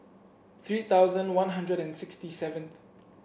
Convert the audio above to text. three thousand One Hundred and sixty seventh